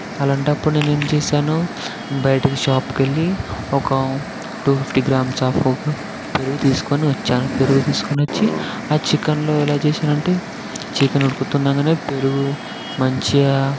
అలాంటప్పుడు నేను ఏమి చేశాను బయటికి షాప్కి వెళ్ళి ఒక టు ఫిఫ్టీ గ్రామ్స్ అఫ్ పెరుగు తీసుకొని వచ్చాను పెరుగు తీసుకొని వచ్చి ఆ చికెన్లో ఏలా చేశానంటే చికెన్ ఉడుకుతూ ఉండగానే పెరుగు మంచిగా